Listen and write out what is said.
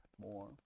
more